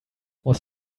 was